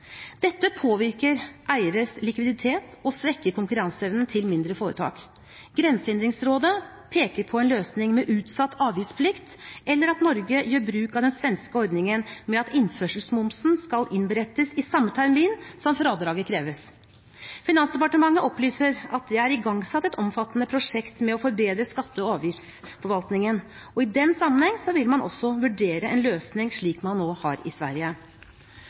Dette påvirker eieres likviditet og svekker konkurranseevnen til mindre foretak. Grensehinderrådet peker på en løsning med utsatt avgiftsplikt, eller at Norge gjør bruk av den svenske ordningen med at innførselsmomsen skal innberettes i samme termin som fradraget kreves. Finansdepartementet opplyser at det er igangsatt et omfattende prosjekt med å forbedre skatte- og avgiftsforvaltningen, og i den sammenheng vil man også vurdere en slik løsning som man nå har i Sverige.